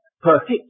perfect